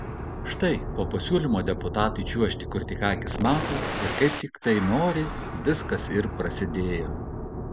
štai po pasiūlymo deputatui čiuožti kur tik akys mato ir kaip tik tai nori viskas ir prasidėjo